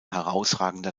herausragender